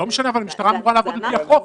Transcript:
לא משנה, אבל המשטרה אמורה לעבוד על פי החוק.